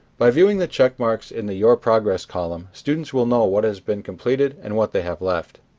by viewing the checkmarks in the your progress column, students will know what has been completed and what they have left.